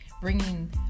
Bringing